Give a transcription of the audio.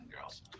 girls